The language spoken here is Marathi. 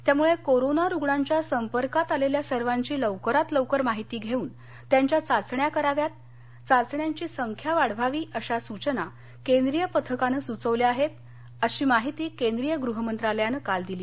त्यामुळे कोरोना रुग्णांच्या संपर्कात आलेल्या सर्वांची लवकरात लवकर माहिती घेऊन त्यांच्या चाचण्या कराव्यात चाचण्याची संख्या वाढवावी अशा सूचना केंद्रीय पथकानं सुचवल्या आहेत अशी माहिती केंद्रीय गृह मंत्रालयानं काल दिली